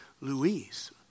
Louise